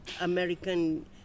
American